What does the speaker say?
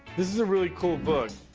this is a really cool book.